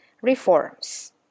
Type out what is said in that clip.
reforms